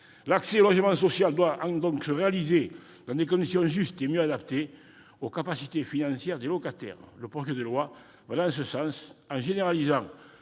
L'accès au logement social doit donc avoir lieu dans des conditions justes et mieux adaptées aux capacités financières des locataires. Le projet de loi va dans ce sens, en généralisant